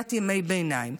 מדינת ימי ביניים,